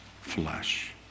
flesh